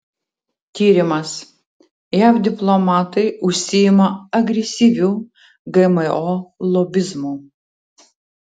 tyrimas jav diplomatai užsiima agresyviu gmo lobizmu